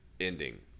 ending